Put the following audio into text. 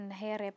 hair